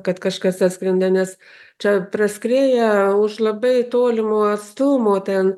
kad kažkas atskrenda nes čia praskrieja už labai tolimo atstumo ten